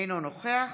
אינו נוכח